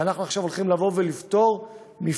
ואנחנו עכשיו הולכים לפטור מפעל-מפעל.